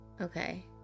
Okay